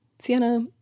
Sienna